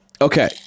Okay